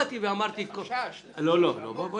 זה חשש, זה חשש עמוק.